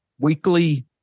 weekly